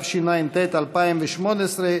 התשע"ט 2018,